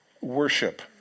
worship